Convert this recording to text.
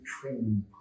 training